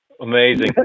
Amazing